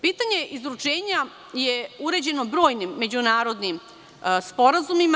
Pitanje izručenja je uređeno brojnim međunarodnim sporazumima.